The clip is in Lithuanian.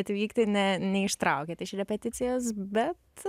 atvykti ne neištraukėt iš repeticijos bet